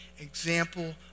example